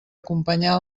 acompanyar